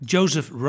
Joseph